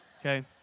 Okay